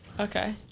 Okay